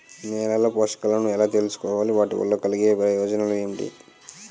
నేలలో పోషకాలను ఎలా తెలుసుకోవాలి? వాటి వల్ల కలిగే ప్రయోజనాలు ఏంటి?